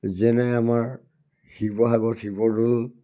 যেনে আমাৰ শিৱসাগৰত শিৱদৌল